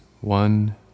One